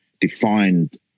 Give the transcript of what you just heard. defined